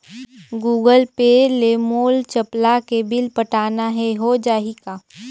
Google Pay ले मोल चपला के बिल पटाना हे, हो जाही का?